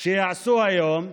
שיעשו היום,